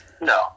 No